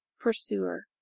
pursuer